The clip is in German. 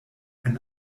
ein